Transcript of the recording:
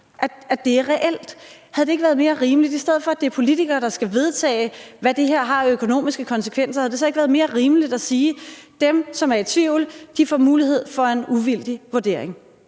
kommer en øget støjpåvirkning, er reelt. I stedet for at det er politikere, der skal vedtage, hvad det her har af økonomiske konsekvenser, havde det så ikke været mere rimeligt at sige, at dem, som er i tvivl, får mulighed for at få en uvildig vurdering?